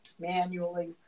manually